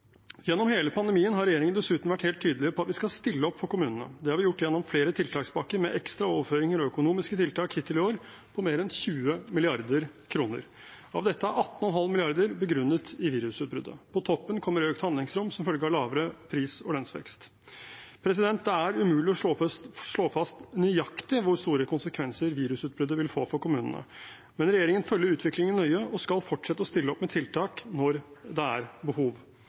Gjennom hele pandemien har regjeringen dessuten vært helt tydelig på at vi skal stille opp for kommunene. Det har vi gjort gjennom flere tiltakspakker med ekstra overføringer og økonomiske tiltak hittil i år på mer enn 20 mrd. kr. Av dette er 18,5 mrd. kr begrunnet i virusutbruddet. På toppen kommer økt handlingsrom som følge av lavere pris- og lønnsvekst. Det er umulig å slå fast nøyaktig hvor store konsekvenser virusutbruddet vil få for kommunene, men regjeringen følger utviklingen nøye og skal fortsette å stille opp med tiltak når det er behov.